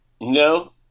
no